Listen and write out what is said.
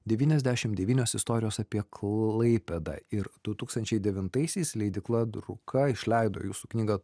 devyniasdešim devynios istorijos apie klaipėdą ir du tūkstančiai devintaisiais leidykla druka išleido jūsų knygą